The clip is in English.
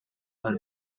her